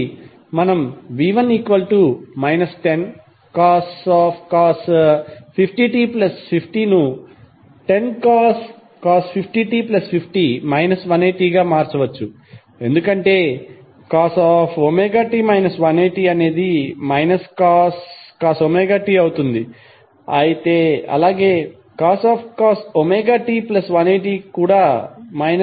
కాబట్టి మనం v1 10cos 50t50ను 10cos 50t50 180 గా మార్చవచ్చు ఎందుకంటేcos ωt 180 అనేది cos ωt అవుతుంది అలాగే cos ωt180 కూడా cos ωt అవుతుంది